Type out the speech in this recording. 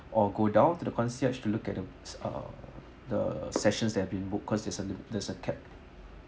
or go down to the concierge to look at the uh the sessions have been booked cause there's a there's a cap